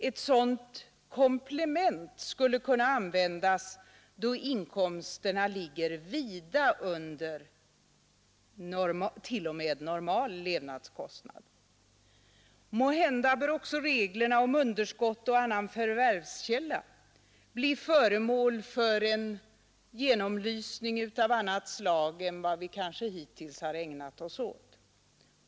Ett sådant komplement skulle kunna användas då deklarerade inkomster ligger vida under t.o.m. normal levnadskostnad. Måhända bör också reglerna om underskott på annan förvärvskälla bli föremål för en genomlysning av annat slag än vad vi kanske hittills ägnat oss åt.